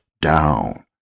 down